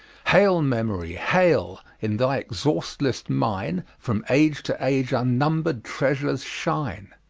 hail, memory, hail! in thy exhaustless mine from age to age unnumber'd treasures shine!